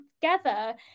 together